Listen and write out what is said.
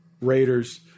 Raiders